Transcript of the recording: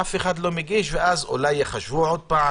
אף אחד לא מגיש, ואז יחשבו שוב,